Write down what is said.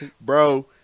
Bro